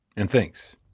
and thanks